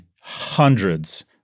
hundreds